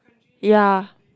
ya